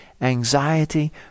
anxiety